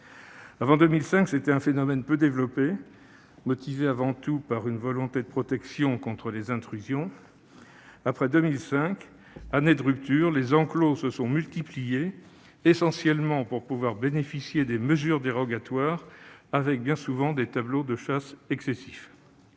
Avant 2005, il s'agissait d'un phénomène peu développé, motivé avant tout par une volonté de protection contre les intrusions ; après 2005, année de rupture, les enclos se sont multipliés, essentiellement pour pouvoir bénéficier des mesures dérogatoires, avec bien souvent des tableaux de chasse excessifs.